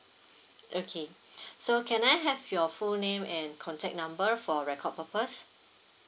okay so can I have your full name and contact number for record purpose